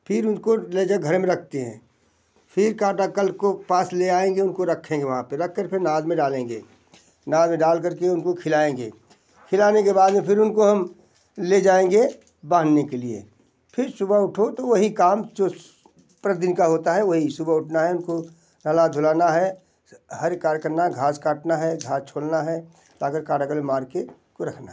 फिर उसको ले जा घर में रखते हैं फिर कांटाकल को पास ले आएंगे उनकाे रखेंगे वहाँ पर रख कर फिर नाके में डालेंगे नाके में डाल कर के उनको खिलाएंगे खिलाने के बाद में फिर उनको हम ले जाएंगे बाँधने के लिए फिर सुबह उठो तो वही काम प्रतिदिन का होता है वही सुबह उठना है हम को नहला धुलाना है हर एक कार्य करना है घास काटना है घास छोलना है ला कर काराकल में मार के उनको रखना है